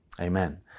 Amen